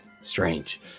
strange